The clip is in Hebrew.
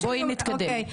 בואי נתקדם.